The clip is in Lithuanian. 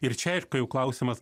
ir čia aišku jau klausimas